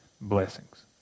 blessings